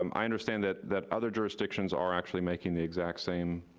um i understand that that other jurisdictions are actually making the exact same